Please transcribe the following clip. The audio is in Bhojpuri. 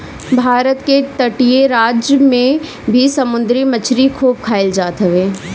भारत के तटीय राज में भी समुंदरी मछरी खूब खाईल जात हवे